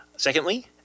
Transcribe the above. Secondly